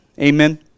Amen